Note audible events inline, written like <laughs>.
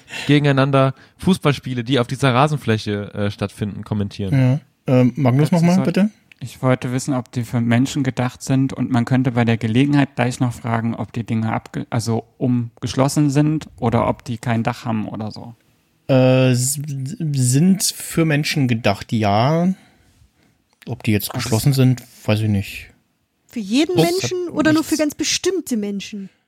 <laughs> gegeneinander Fußballspiele, die auf dieser Rasenfläche, äh, stattfinden, kommentieren. Ja. Ähm, Magnus, noch Letztes mal, sollt- bitte? Ich wollte wissen, ob die für Menschen gedacht sind und man könnte bei der Gelegenheit gleich noch fragen, ob die Dinge abge- also umgeschlossen sind oder ob die kein Dach haben oder so. Äh, s- sind für Menschen gedacht, ja. Ob die jetzt Also geschlossen s- sind, weiß ich nicht. Für jeden Das hat Menschen oder nur nichts- für ganz bestimmte Menschen?